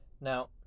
Now